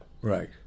Right